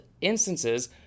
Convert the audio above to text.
instances